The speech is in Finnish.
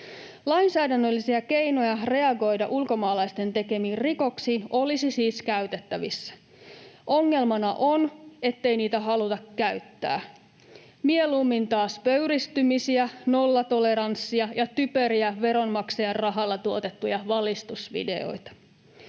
Lainsäädännöllisiä keinoja reagoida ulkomaalaisten tekemiin rikoksiin olisi siis käytettävissä. Ongelmana on, ettei niitä haluta käyttää — mieluummin taas pöyristymisiä, nollatoleranssia ja typeriä veronmaksajan rahalla tuotettuja valistusvideoita.